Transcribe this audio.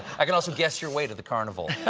i can also guess your weight at the carnival.